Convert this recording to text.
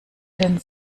den